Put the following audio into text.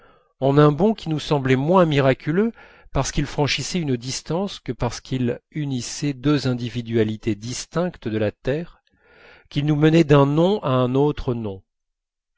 en un bond qui nous semblait moins miraculeux parce qu'il franchissait une distance que parce qu'il unissait deux individualités distinctes de la terre qu'il nous menait d'un nom à un autre nom